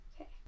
Okay